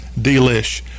delish